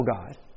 God